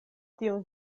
tiun